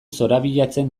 zorabiatzen